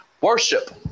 worship